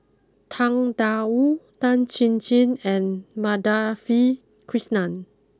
Tang Da Wu Tan Chin Chin and Madhavi Krishnan